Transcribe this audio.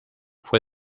fue